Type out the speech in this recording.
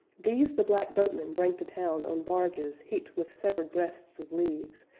these the black boatmen bring to town on barges, heaped with severed breasts of leaves,